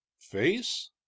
Face